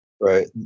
Right